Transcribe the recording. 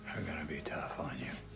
are gonna be tough on you